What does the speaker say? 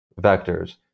vectors